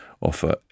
offer